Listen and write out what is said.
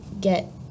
get